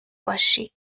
باشی